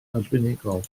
arbenigol